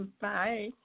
Bye